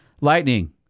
Lightning